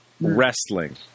Wrestling